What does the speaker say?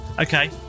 Okay